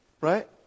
right